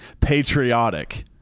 patriotic